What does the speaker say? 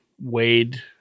wade